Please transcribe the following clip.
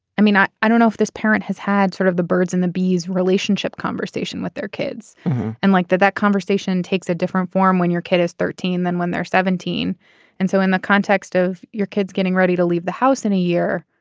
i mean i i don't know if this parent has had sort of the birds and the bees relationship conversation with their kids and like that that conversation takes a different form when your kid is thirteen than when they're seventeen and so in the context of your kids getting ready to leave the house in a year.